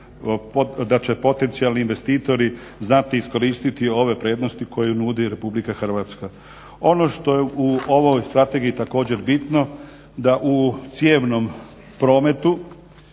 da će potencijalni investitori znati iskoristiti ove prednosti koje nudi RH. Ono što je u ovoj strategiji također bitno da u cijevnom prometu